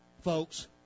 folks